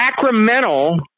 sacramental